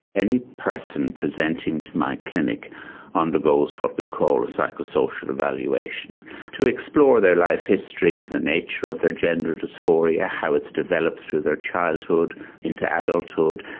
any person presenting to my clinic undergoes what we call a psychosocial evaluation to explore their life history, the nature of their gender dysphoria, how it's developed through their childhood into adulthood,